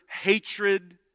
hatred